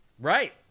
Right